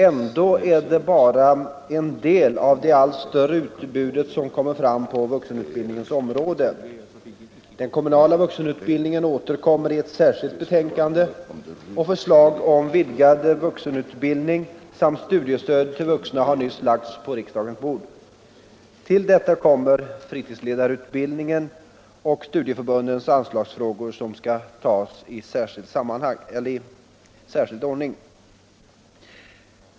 Ändå är detta bara en del av det allt större utbudet på vuxenutbildningens område. Den kommunala vuxenutbildningen återkommer i ett särskilt betänkande, och förslag om vidgad vuxenutbildning samt studiestöd till vuxna har nyss lagts på riksdagens bord. Till detta kommer fritidsledarutbildningen och studieförbundens anslagsfrågor, som skall tas i särskild ordning.